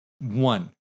One